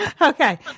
Okay